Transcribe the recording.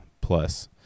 plus